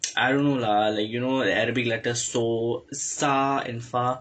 I don't know lah like you know the arabic letters